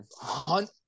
Hunt